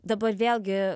dabar vėlgi